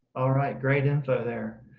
alright great info there.